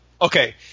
Okay